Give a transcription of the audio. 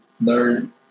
learn